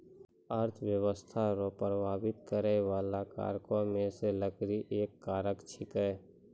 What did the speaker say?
अर्थव्यस्था रो प्रभाबित करै बाला कारको मे से लकड़ी एक कारक छिकै